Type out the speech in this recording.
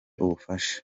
ubufasha